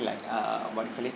like err what you call it